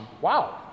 wow